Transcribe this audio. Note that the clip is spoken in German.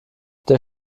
der